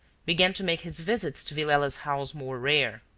began to make his visits to villela's house more rare.